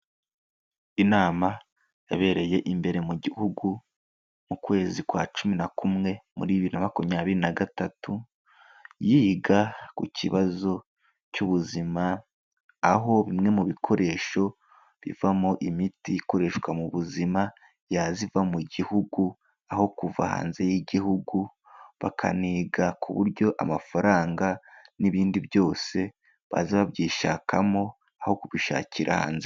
Inama yabereye imbere mu gihugu, mu kwezi kwa Cumi na kumwe muri bibiri na makumyabiri na gatatu, yiga ku kibazo cy'ubuzima, aho bimwe mu bikoresho bivamo imiti ikoreshwa mu buzima, yaza iva mu gihugu aho kuva hanze y'igihugu, bakaniga ku buryo amafaranga n'ibindi byose baza babyishakamo aho kubishakira hanze.